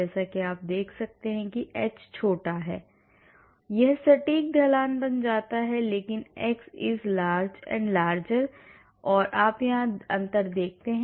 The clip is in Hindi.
जैसा कि आप देख सकते हैं कि h छोटा है और छोटा है यह सटीक ढलान बन जाता है लेकिन यदि x is larger and larger है तो आप यहाँ अंतर देखते हैं